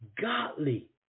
Godly